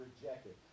rejected